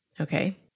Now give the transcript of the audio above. Okay